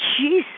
Jeez